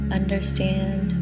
understand